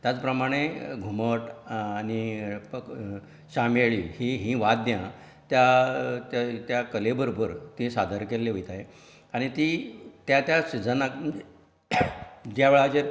ताच प्रमाणे घुमट आनी पख शामेळी ही ही वाद्यां त्या त्या त्या कले बरोबर ती सादर केल्ली वयताय आनी ती त्या त्या सिजनांक ज्या वेळाचेर